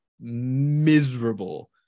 miserable